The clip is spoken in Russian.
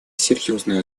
серьезную